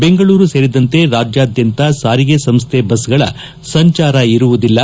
ಬೆಂಗಳೂರು ಸೇರಿದಂತೆ ರಾಜ್ಯದ್ಗಾಂತ ಸಾರಿಗೆ ಸಂಸ್ಥೆ ಬಸ್ಗಳ ಸಂಚಾರ ಇರುವುದಿಲ್ಲ